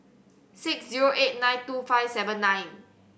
six zero eight nine two five seven nine